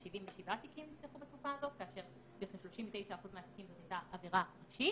77 תיקים נפתחו בתקופה הזאת כאשר ב-39% מהתיקים זאת הייתה עבירה ראשית